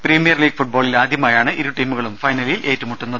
premier ലീഗിൽ ആദ്യ മായാണ് ഇരുടീമുകളും ഫൈനലിൽ ഏറ്റുമുട്ടുന്നത്